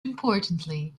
importantly